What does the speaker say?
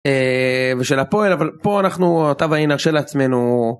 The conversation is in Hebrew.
אמממ של הפועל אבל פה אתה ואני נרשה לעצמנו.